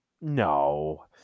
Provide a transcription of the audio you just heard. no